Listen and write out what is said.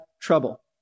trouble